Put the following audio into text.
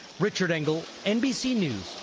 richard engel, nbc news,